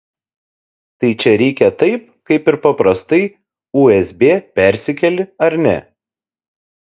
tai čia reikia taip kaip ir paprastai usb persikeli ar ne